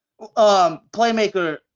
playmaker